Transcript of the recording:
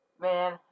man